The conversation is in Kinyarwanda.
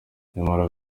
nyamara